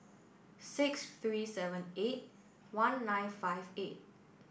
six three seven eight one nine five eight